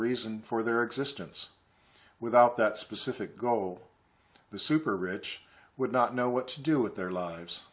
reason for their existence without that specific goal the super rich would not know what to do with their lives